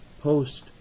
post